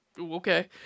okay